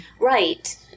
Right